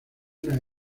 una